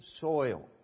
soil